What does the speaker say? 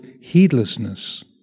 heedlessness